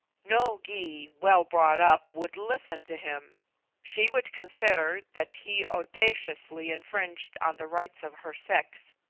no gy, well brought up, would listen to him she would consider that he audaciously infringed on the rights of her sex,